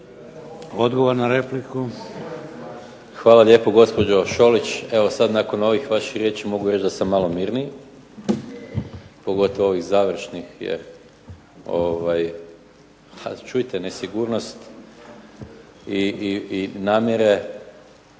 Gordan (SDP)** Hvala lijepo, gospođo Šolić. Evo sad nakon ovih vaših riječi mogu reći da sam malo mirniji, pogotovo ovih završnih jer čujte, nesigurnost i namjere